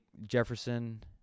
Jefferson